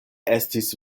estis